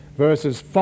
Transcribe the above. Verses